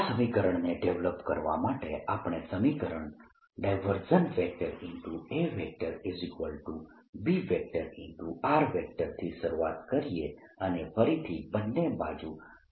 આ સમીકરણને ડેવલપ કરવા માટે આપણે સમીકરણ AB થી શરૂઆત કરીએ અને ફરીથી બંને બાજુ કર્લ લઈએ